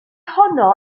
honno